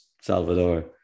Salvador